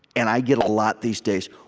and i get a lot, these days,